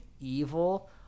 evil